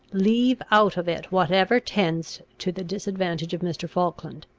leave out of it whatever tends to the disadvantage of mr. falkland.